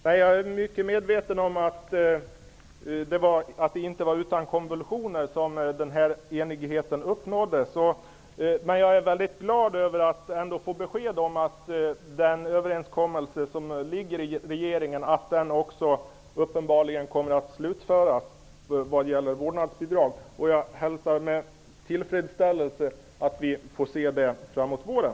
Herr talman! Jag är medveten om att det inte var utan konvulsioner som enigheten uppnåddes. Jag är ändå väldigt glad över att få beskedet att regeringens överenskommelse uppenbarligen kommer att fullföljas när det gäller vårdnadsbidrag. Jag hälsar med tillfredsställelse att vi får se ett sådant förslag framåt våren.